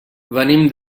venim